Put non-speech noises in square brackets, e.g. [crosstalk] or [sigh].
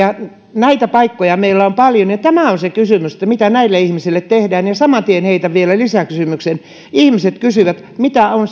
näitä paikkoja meillä on paljon tämä on se kysymys mitä näille ihmisille tehdään saman tien heitän vielä lisäkysymyksen ihmiset kysyvät mitä on [unintelligible]